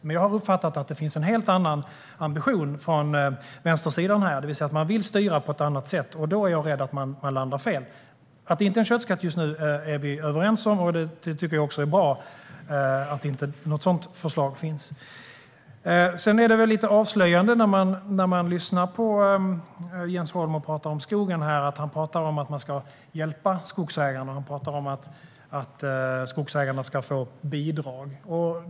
Men jag har uppfattat att det finns en helt annan ambition från vänstersidan, det vill säga att man vill styra på ett annat sätt. Då är jag rädd att man landar fel. Det handlar inte om en köttskatt just nu. Det är vi överens om, och jag tycker att det är bra att det inte finns något sådant förslag. Det är lite avslöjande när man lyssnar på Jens Holm när han talar om skogen. Han talar om att man ska hjälpa skogsägarna, och han talar om att de ska få bidrag.